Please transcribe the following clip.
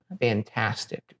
fantastic